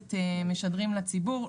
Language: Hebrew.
והכנסת משדרות בכך לציבור?